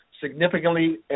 significantly